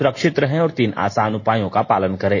सुरक्षित रहें और तीन आसान उपायों का पालन करें